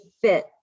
fit